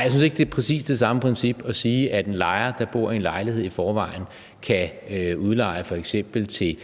jeg synes ikke, det er præcis det samme princip at sige, at en lejer, der bor i en lejlighed i forvejen, kan udleje f.eks. til